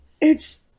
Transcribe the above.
It's-